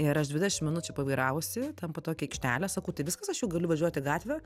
ir aš dvidešim minučių pavairavusi ten po tokią aikštelę sakau tai viskas aš jau galiu važiuot į gatvę